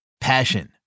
Passion